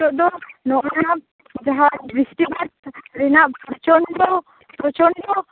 ᱱᱤᱛᱚᱜ ᱫᱚ ᱱᱚᱜᱼᱚᱭ ᱱᱚᱣᱟ ᱡᱟᱦᱟᱸ ᱵᱤᱥᱴᱤᱯᱟᱛ ᱨᱮᱱᱟᱜ ᱯᱨᱚᱪᱚᱱᱰᱚ ᱯᱨᱚᱪᱚᱱᱰᱚ